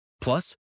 Plus